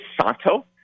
Santo